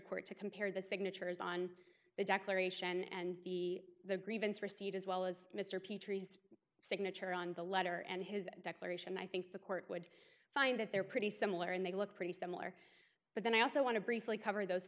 court to compare the signatures on the declaration and the the grievance receipt as well as mr petris signature on the letter and his declaration i think the court would find that they're pretty similar and they look pretty similar but then i also want to briefly cover those